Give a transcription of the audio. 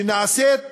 שנעשית במזיד,